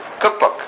Cookbook